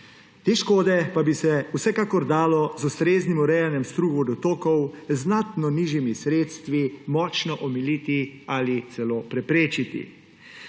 Te škode pa bi se vsekakor dale z ustreznim urejanjem strug vodotokov, z znatno nižjimi sredstvi močno omiliti ali celo preprečiti.